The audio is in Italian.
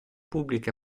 pubbliche